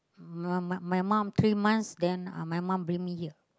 uh my my my mum three months then uh my mum bring me here